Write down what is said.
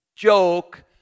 joke